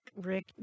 Rick